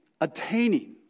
attaining